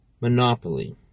Monopoly